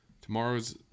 Tomorrow's